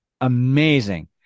amazing